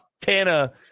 Tana